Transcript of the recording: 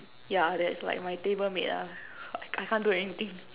yeah that's like my table mate lah I can't do anything